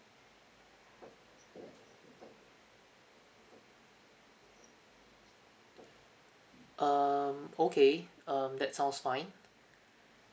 um okay um that sounds fine